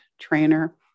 trainer